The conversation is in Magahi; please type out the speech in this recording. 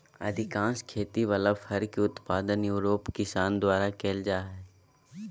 अधिकांश खेती वला फर के उत्पादन यूरोप किसान द्वारा कइल जा हइ